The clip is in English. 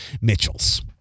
Mitchells